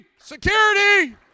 Security